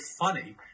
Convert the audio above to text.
funny